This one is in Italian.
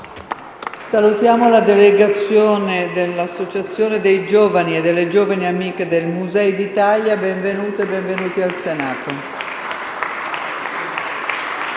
Saluto la delegazione dell'associazione dei giovani e delle giovani amiche dei musei d'Italia, cui do il benvenuto in Senato.